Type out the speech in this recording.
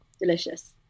Delicious